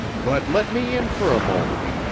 but let me in for a moment.